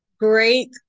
Great